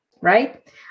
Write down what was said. right